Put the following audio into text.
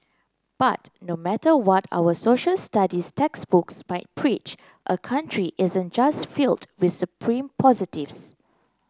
but no matter what our Social Studies textbooks might preach a country isn't just filled with supreme positives